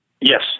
Yes